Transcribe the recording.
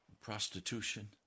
prostitution